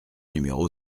numéro